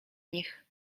nich